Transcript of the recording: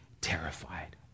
terrified